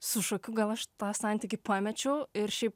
su šokiu gal aš tą santykį pamečiau ir šiaip